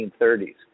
1930s